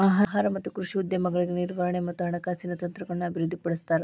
ಆಹಾರ ಮತ್ತ ಕೃಷಿ ಉದ್ಯಮಗಳಿಗೆ ನಿರ್ವಹಣೆ ಮತ್ತ ಹಣಕಾಸಿನ ತಂತ್ರಗಳನ್ನ ಅಭಿವೃದ್ಧಿಪಡಿಸ್ತಾರ